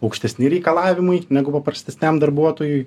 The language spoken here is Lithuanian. aukštesni reikalavimai negu paprastesniam darbuotojui